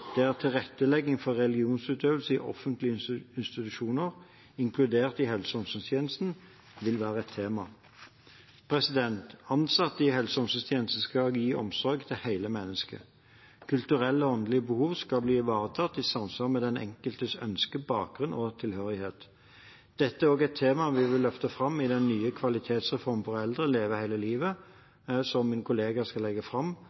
tilrettelegging for religionsutøvelse i offentlige institusjoner, inkludert i helse- og omsorgstjenesten, vil være et tema. Ansatte i helse- og omsorgstjenesten skal gi omsorg til hele mennesket. Kulturelle og åndelige behov skal bli ivaretatt i samsvar med den enkeltes ønsker, bakgrunn og tilhørighet. Dette er et tema vi også vil løfte fram i den nye kvalitetsreformen for eldre, Leve hele livet, som min kollega skal legge fram